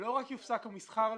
שבסמכויות פיקוח אנחנו מדברים פה